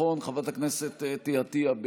חברת הכנסת אתי עטייה,